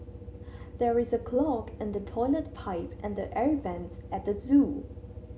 there is a clog in the toilet pipe and the air vents at the zoo